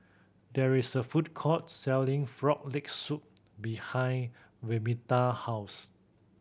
there's a food court selling Frog Leg Soup behind Vernita house